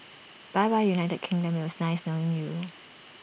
bye bye united kingdom IT was nice knowing you